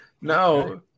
No